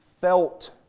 felt